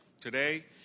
today